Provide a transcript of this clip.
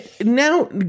Now